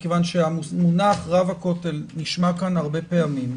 כי המונח רב הכותל נשמע כאן הרבה פעמים.